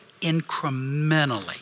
incrementally